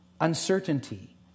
uncertainty